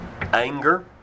anger